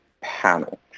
panel